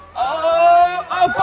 oh,